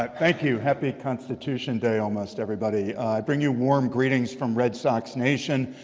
ah thank you. happy constitution day almost, everybody. i bring you warm greetings from red sox nation.